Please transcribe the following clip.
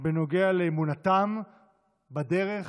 בנוגע לאמונתם בדרך,